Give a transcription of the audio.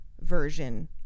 version